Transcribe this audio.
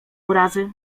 urazy